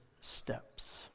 steps